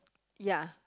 ya